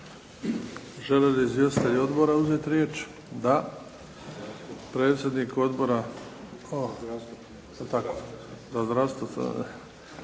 Žele li izvjestitelji odbora uzeti riječ? Da. Predsjednik Odbora za zdravstvo